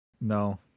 No